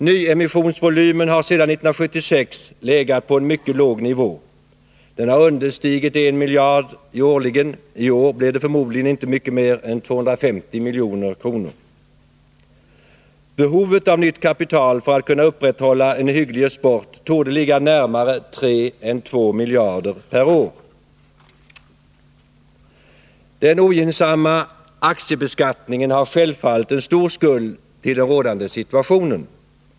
Nyemissionsvolymen har sedan 1976 legat på en mycket låg nivå. Den har understigit en miljard kronor årligen, och i år blir det förmodligen inte mycket mer än 250 miljoner. Behovet av nytt kapital för att man skall kunna upprätthålla en hygglig export torde ligga närmare 3 än 2 miljarder per år. Den ogynnsamma aktiebeskattningen har självfallet en stor skuld till den rådande situationen.